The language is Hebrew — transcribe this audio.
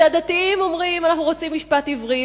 שהדתיים אומרים: אנחנו רוצים משפט עברי,